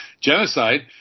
genocide